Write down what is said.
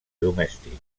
domèstics